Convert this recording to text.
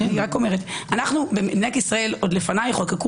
אנחנו במדינת ישראל - עוד לפניי חוקקו